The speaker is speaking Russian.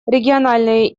региональные